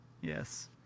Yes